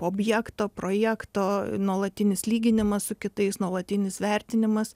objekto projekto nuolatinis lyginimas su kitais nuolatinis vertinimas